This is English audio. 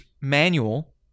manual